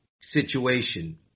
situation